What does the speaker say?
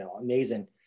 amazing